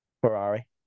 Ferrari